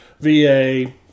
VA